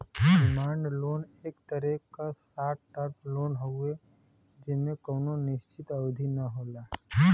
demand loan एक तरे क शार्ट टर्म लोन हउवे जेमे कउनो निश्चित अवधि न होला